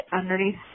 underneath